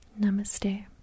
Namaste